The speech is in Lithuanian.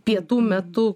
pietų metu